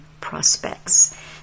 prospects